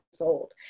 old